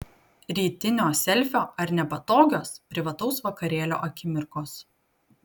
rytinio selfio ar nepatogios privataus vakarėlio akimirkos